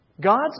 God's